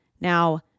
Now